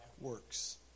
works